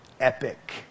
Epic